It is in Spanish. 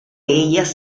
ellas